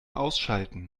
ausschalten